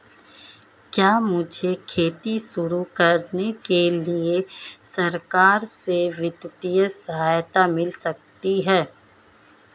क्या मुझे खेती शुरू करने के लिए सरकार से वित्तीय सहायता मिल सकती है?